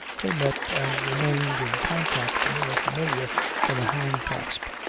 they met and remained in contact more familiar than a hand-clasp,